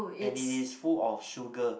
and it is full of sugar